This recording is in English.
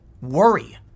worry